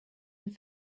and